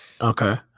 okay